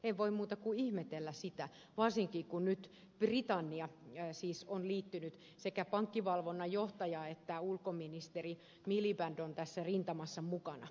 en voi muuta kuin ihmetellä sitä varsinkin kun nyt britannia siis on liittynyt sekä pankkivalvonnan johtaja että ulkoministeri miliband ovat tässä rintamassa mukana